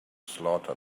slaughter